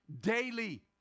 daily